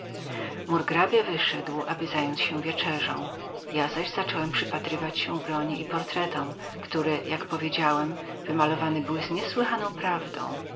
murgrabia wyszedł aby zająć się moją wieczerzą ja zaś zacząłem przypatrywać się broni i portretom które jak powiedziałem wymalowane były z niesłychaną prawdą